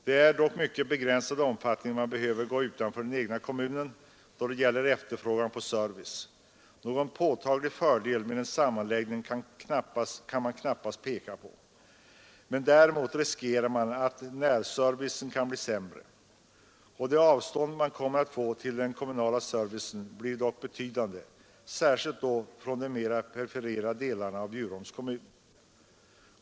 Det är dock i mycket begränsad omfattning man behöver gå utanför den egna kommunen då det gäller efterfrågan på service. Någon påtaglig fördel med en sammanläggning kan man knappast peka på, däremot riskerar man att närservicen kan bli sämre. Det avstånd man kommer att få till den kommunala servicen blir dock betydande, särskilt då från de mera perifera delarna av Bjurholms kommun.